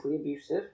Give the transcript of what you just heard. abusive